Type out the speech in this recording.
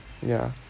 ya